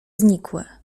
znikły